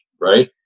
right